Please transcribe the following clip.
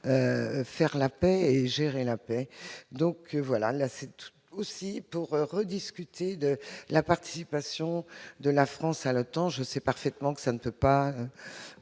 faire la paix et gérer la paix, donc voilà, là, c'est aussi pour rediscuter de la participation de la France à l'Otan, je sais parfaitement que ça ne peut pas